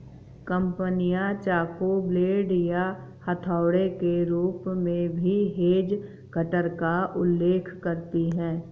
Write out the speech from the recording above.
कंपनियां चाकू, ब्लेड या हथौड़े के रूप में भी हेज कटर का उल्लेख करती हैं